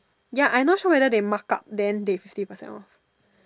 ya I not sure whether they mark up then they fifty percent off